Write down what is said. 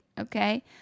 Okay